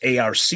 ARC